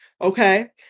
okay